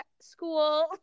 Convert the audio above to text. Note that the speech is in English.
school